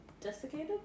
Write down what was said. desiccated